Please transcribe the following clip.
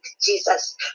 Jesus